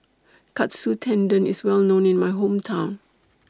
Katsu Tendon IS Well known in My Hometown